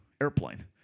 airplane